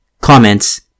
Comments